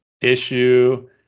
issue